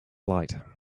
light